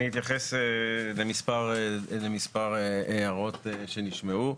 אני אתייחס למספר הערות שנשמעו.